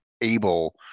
able